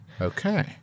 Okay